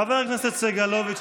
חבר הכנסת סגלוביץ',